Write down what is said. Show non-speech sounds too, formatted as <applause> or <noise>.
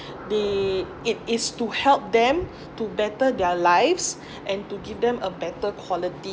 the it is to help them to better their lives <breath> and to give them a better quality